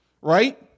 right